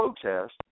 protest